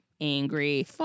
angry